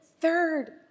third